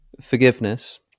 forgiveness